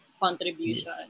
contribution